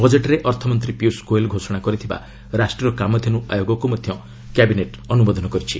ବଜେଟ୍ରେ ଅର୍ଥମନ୍ତ୍ରୀ ପିୟୁଷ ଗୋଏଲ୍ ଘୋଷଣା କରିଥିବା ରାଷ୍ଟ୍ରୀୟ କାମଧେନୁ ଆୟୋଗକୁ ମଧ୍ୟ କ୍ୟାବିନେଟ୍ ଅନୁମୋଦନ କରିଛି